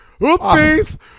Oopsies